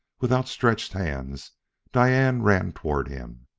with outstretched hands diane ran toward him,